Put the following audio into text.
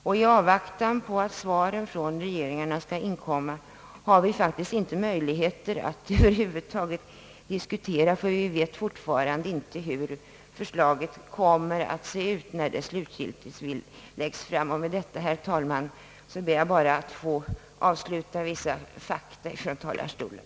Och i avvaktan på att svaren från regeringarna skall inkomma har vi faktiskt inte möjligheter att över huvud taget diskutera, därför att vi vet fortfarande inte hur förslaget kommer att se ut när det slutgiltigt läggs fram. Med detta, herr talman, vill jag avsluta redogörelsen för dessa fakta ifrån talarstolen.